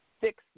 six